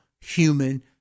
human